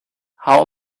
how